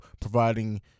providing